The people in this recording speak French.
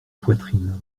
poitrine